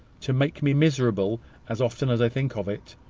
to make me miserable as often as i think of it,